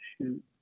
shoot